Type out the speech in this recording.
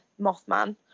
Mothman